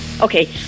Okay